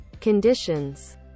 conditions